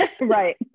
right